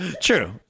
True